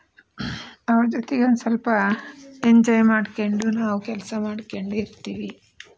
ಅವರ ಜೊತೆಗೆ ಒಂದು ಸ್ವಲ್ಪ ಎಂಜಾಯ್ ಮಾಡಿಕೊಂಡು ನಾವು ಕೆಲಸ ಮಾಡಿಕೊಂಡು ಇರ್ತೀವಿ